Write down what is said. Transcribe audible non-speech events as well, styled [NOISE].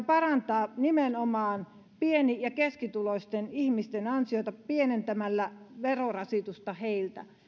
[UNINTELLIGIBLE] parantaa nimenomaan pieni ja keskituloisten ihmisten ansioita pienentämällä verorasitusta heiltä